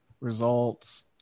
results